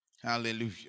Hallelujah